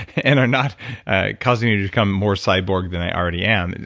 and are not causing you to become more cyborg than i already am,